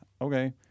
Okay